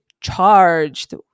charged